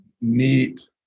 neat